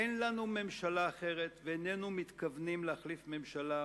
אין לנו ממשלה אחרת ואיננו מתכוונים להחליף ממשלה,